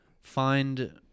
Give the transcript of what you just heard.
find